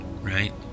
Right